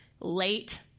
late